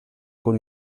con